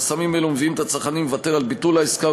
חסמים אלו מביאים את הצרכנים לוותר על ביטול העסקה,